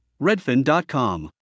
redfin.com